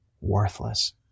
worthless